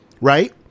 Right